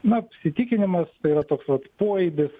mat įsitikinimas tai yra toks pat poaibis